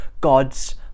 God's